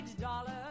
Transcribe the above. dollar